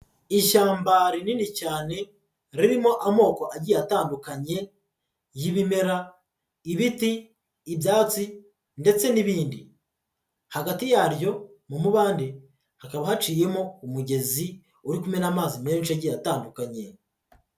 Ishyamba rinini cyane ririmo amoko agiye atandukanye y'ibimera, ibiti, ibyatsi ndetse n'ibindi. Hagati yaryo mu mubande hakaba haciyemo umugezi uri kumena amazi menshi agiye atandukanye.